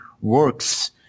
works